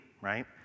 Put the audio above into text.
right